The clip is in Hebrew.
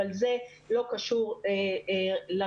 אבל זה לא קשור לנושא,